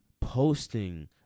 Posting